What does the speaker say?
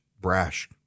Brash